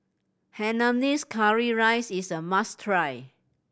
Hainanese curry rice is a must try